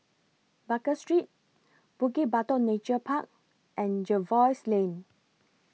Baker Street Bukit Batok Nature Park and Jervois Lane